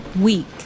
Week